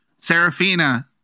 Serafina